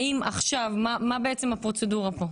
מה בעצם הפרוצדורה כאן?